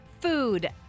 Food